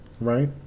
right